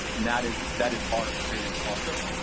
that is that is our experience also.